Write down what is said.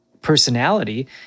personality